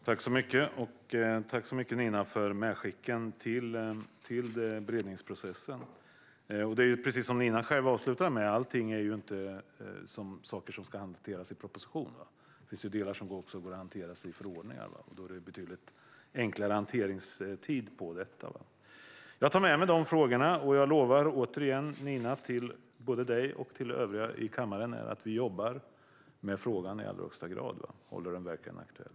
Herr talman! Tack så mycket, Nina, för medskicken till beredningsprocessen! Precis som Nina själv avslutar med är ju inte allt saker som ska hanteras i proposition. Det finns delar som också går att hantera i förordningar. Då är hanteringstiden betydligt kortare. Jag tar med mig dessa frågor, och jag lovar återigen både dig, Nina, och övriga i kammaren att vi i allra högsta grad jobbar med frågan och verkligen håller den aktuell.